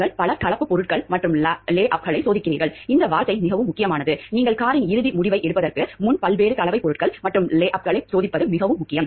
நீங்கள் பல கலப்பு பொருட்கள் மற்றும் லே அப்களை சோதிக்கிறீர்கள் இந்த வார்த்தை மிகவும் முக்கியமானது நீங்கள் காரின் இறுதி முடிவை எடுப்பதற்கு முன் பல்வேறு கலவை பொருட்கள் மற்றும் லேஅப்களை சோதிப்பது மிகவும் முக்கியம்